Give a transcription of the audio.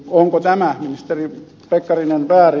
onko tämä ministeri pekkarinen väärin